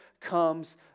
comes